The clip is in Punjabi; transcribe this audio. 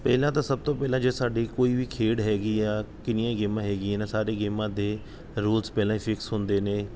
ਪਹਿਲਾਂ ਤਾਂ ਸਭ ਤੋਂ ਪਹਿਲਾਂ ਜੇ ਸਾਡੀ ਕੋਈ ਵੀ ਖੇਡ ਹੈਗੀ ਆ ਕਿੰਨੀਆਂ ਗੇਮਾਂ ਹੈਗੀਆਂ ਨੇ ਸਾਰੇ ਗੇਮਾਂ ਦੇ ਰੂਲਸ ਪਹਿਲਾਂ ਹੀ ਫਿਕਸ ਹੁੰਦੇ ਨੇ